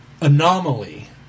anomaly